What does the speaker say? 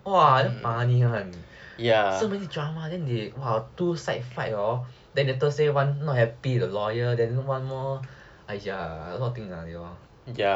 !wah! damn funny [one] so many drama then they !wah! two side fight hor then later one say not happy the lawyer the one more !aiya! a lot of things ah